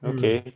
Okay